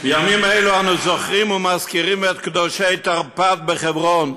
בימים אלו אנחנו זוכרים ומזכירים את קדושי תרפ"ט בחברון,